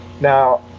Now